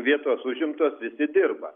vietos užimtos visi dirba